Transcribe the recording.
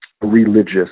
religious